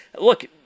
Look